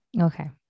Okay